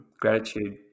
Gratitude